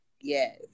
yes